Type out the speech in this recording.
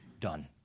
done